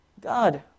God